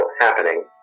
happening